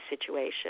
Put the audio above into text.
situation